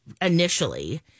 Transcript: initially